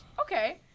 okay